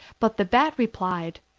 but the bat replied,